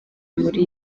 muri